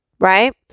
Right